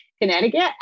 Connecticut